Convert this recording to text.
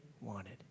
wanted